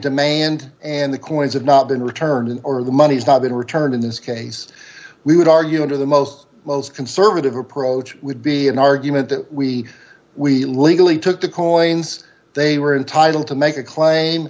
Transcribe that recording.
demand and the coins have not been returned or the money has not been returned in this case we would argue under the most conservative approach would be an argument that we we legally took the coins they were entitled to make a claim